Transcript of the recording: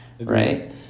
Right